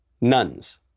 nuns